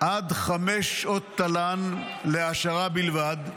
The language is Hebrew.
עד חמש שעות תל"ן להעשרה בלבד,